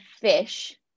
fish